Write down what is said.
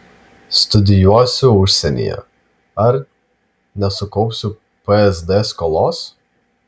studijuosiu užsienyje ar nesukaupsiu psd skolos